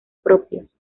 propios